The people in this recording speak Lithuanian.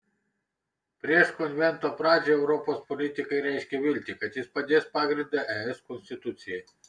prieš konvento pradžią europos politikai reiškė viltį kad jis padės pagrindą es konstitucijai